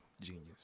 genius